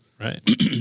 Right